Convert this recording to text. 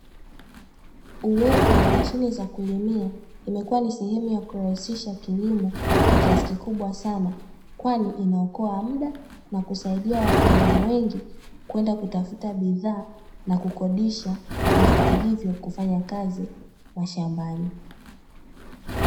Uwepo wa mashine za kulimia imekuwa ni sehemu ya kurahisisha kilimo kwa kiasi kikubwa sana, kwani inaokoa muda na kusaidia wakulima wengi kwenda kutafuta bidhaa na kukodisha vifaa hivyo kufanya kazi mashambani.